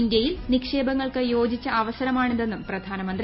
ഇന്ത്യയിൽ നിക്ഷേപങ്ങൾക്ക് യോജിച്ചു അവസരമാണിതെന്നും പ്രധാനമന്ത്രി